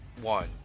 one